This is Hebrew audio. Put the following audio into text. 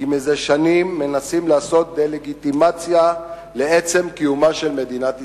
כי זה שנים מנסים לעשות דה-לגיטימציה לעצם קיומה של מדינת ישראל,